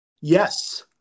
yes